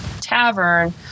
tavern